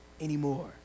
anymore